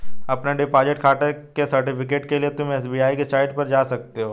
अपने डिपॉजिट खाते के सर्टिफिकेट के लिए तुम एस.बी.आई की साईट पर जा सकते हो